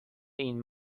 این